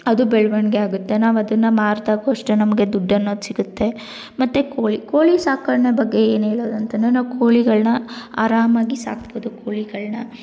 ಅದು ಬೆಳವಣ್ಗೆ ಆಗುತ್ತೆ ನಾವು ಅದನ್ನು ಮಾರಿದಾಗು ಅಷ್ಟೆ ನಮಗೆ ದುಡ್ಡು ಅನ್ನೋದು ಸಿಗುತ್ತೆ ಮತ್ತು ಕೋಳಿ ಕೋಳಿ ಸಾಕಣೆ ಬಗ್ಗೆ ಏನೇಳೋದಂತಂದರೆ ನಾವು ಕೋಳಿಗಳನ್ನ ಆರಾಮಾಗಿ ಸಾಕ್ಬೋದು ಕೋಳಿಗಳನ್ನ